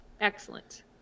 Excellent